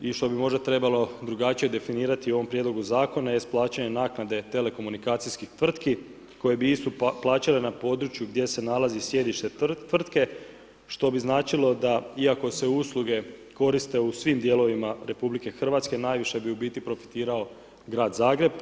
i što bi možda trebalo drugačije definirati u ovom prijedlogu zakona jeste plaćanje naknade telekomunikacijskih tvrtki koje bi istu plaćale na području gdje se nalazi sjedište tvrtke što bi značilo da iako se usluge koriste u svim dijelovima RH najviše bi u biti profitirao grad Zagreb.